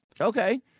Okay